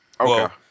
Okay